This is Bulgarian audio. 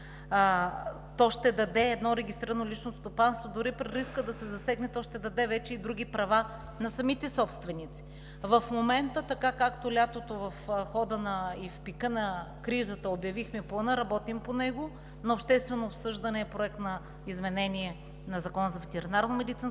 стопанство. Едно регистрирано лично стопанство, дори при риска да се засегне, то ще даде вече и други права на самите собственици. В момента така, както лятото в хода и в пика на кризата обявихме плана – работим по него. На обществено обсъждане е Проект на изменение на Закона за ветеринарномедицинската